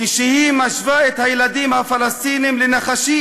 כשהיא משווה את הילדים הפלסטינים לנחשים,